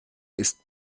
ist